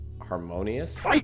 harmonious